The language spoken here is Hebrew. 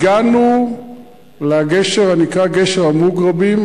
הגענו לגשר הנקרא גשר המוגרבים,